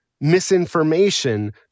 misinformation